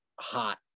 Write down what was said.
hot